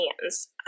hands